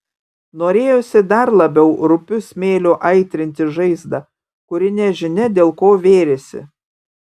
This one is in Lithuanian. norėjosi dar labiau rupiu smėliu aitrinti žaizdą kuri nežinia dėl ko vėrėsi